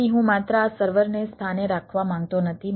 તેથી હું માત્ર આ સર્વરને સ્થાને રાખવા માંગતો નથી